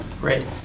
Great